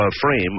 frame